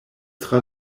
tra